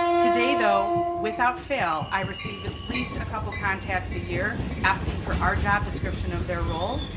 today, though, without fail, i receive at least a couple contacts a year asking for our job description of their role,